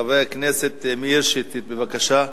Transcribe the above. חבר הכנסת מאיר שטרית, בבקשה.